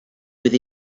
with